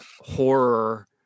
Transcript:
horror